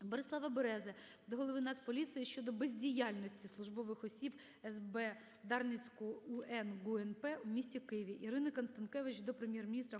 Борислава Берези до Голови Національної поліції України щодо бездіяльності службових осіб СВ Дарницького УП ГУНП в місті Києві. ІриниКонстанкевич до Прем'єр-міністра,